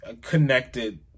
connected